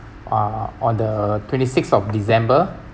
uh on the twenty sixth of december